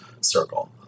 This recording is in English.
circle